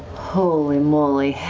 holy moly.